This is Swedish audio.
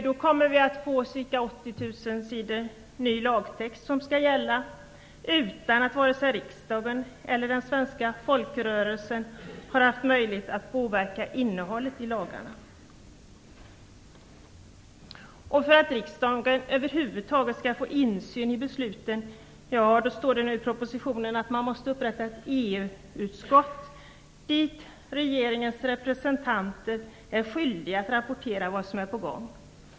Då kommer vi att få ca 80 000 sidor ny lagtext som skall gälla, detta utan att vare sig riksdagen eller den svenska folkrörelsen haft möjlighet att påverka innehållet i lagarna. För att riksdagen över huvud taget skall få insyn i besluten står det i propositionen att man måste upprätta ett EU-utskott. Dit skall EU:s representanter vara skyldiga att rapportera vad som är på gång.